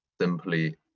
Simply